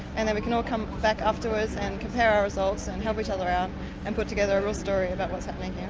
and then we can all come back afterwards and compare our results and help each other out and put together a real story about what's happening here.